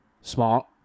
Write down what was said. Smart